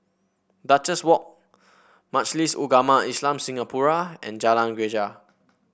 Duchess Walk Majlis Ugama Islam Singapura and Jalan Greja